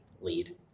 lead